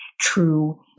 true